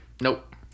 Nope